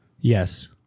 Yes